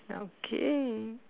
ya okay